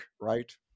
right